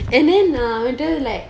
and then ah and then like